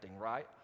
right